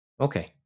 Okay